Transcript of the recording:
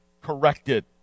Corrected